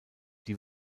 die